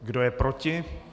Kdo je proti?